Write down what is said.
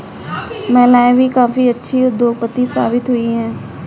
महिलाएं भी काफी अच्छी उद्योगपति साबित हुई हैं